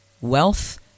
wealth